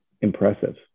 impressive